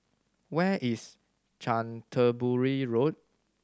where is Canterbury Road